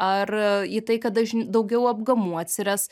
ar į tai kad dažn daugiau apgamų atsiras